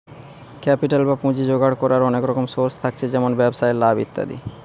capital বা পুঁজি জোগাড় কোরার অনেক রকম সোর্স থাকছে যেমন ব্যবসায় লাভ ইত্যাদি